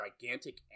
gigantic